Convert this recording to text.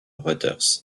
reuters